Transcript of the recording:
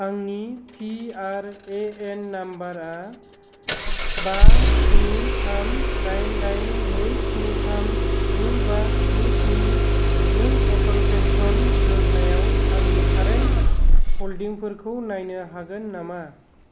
आंनि पिआरएएन नम्बरआ बा स्नि थाम दाइन दाइन नै स्नि थाम गु बा गु स्नि नों अटल पेन्सन यजनायाव आंनि कारेन्ट हल्डिंफोरखौ नायनो हागोन नामा